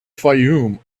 fayoum